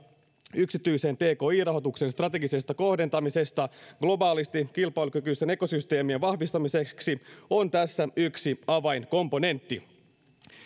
yksityisen tki rahoituksen strategisesta kohdentamisesta globaalisti kilpailukykyisten ekosysteemien vahvistamiseksi on tässä yksi avainkomponentti